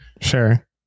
Sure